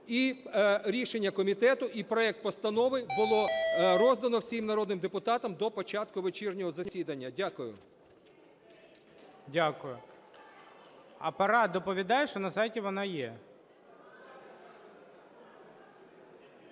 і рішення комітету, і проект постанови було роздано всім народним депутатам до початку вечірнього засідання. Дякую. ГОЛОВУЮЧИЙ. Дякую. Апарат доповідає, що на сайті вона є.